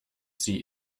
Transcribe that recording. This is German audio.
sie